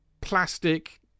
plastic